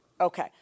Okay